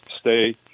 stay